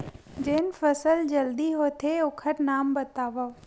जेन फसल जल्दी होथे ओखर नाम बतावव?